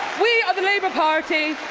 we are the labour party,